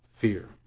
fear